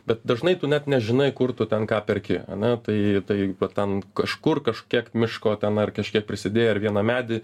bet dažnai tu net nežinai kur tu ten ką perki ane tai taip vat ten kažkur kažkiek miško ten ar kažkiek prisidėjo ir vieną medį